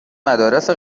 مدارس